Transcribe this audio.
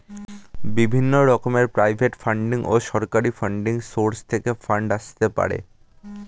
বিভিন্ন রকমের private funding ও সরকারি ফান্ডিং সোর্স থেকে ফান্ড আসতে পারে